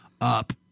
up